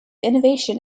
innovation